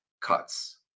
cuts